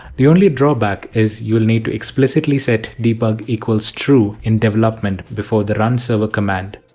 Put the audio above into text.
the only drawback is you will need to explicitly set debug true in development before the runserver command.